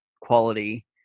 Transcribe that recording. quality